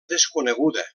desconeguda